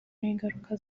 n’ingaruka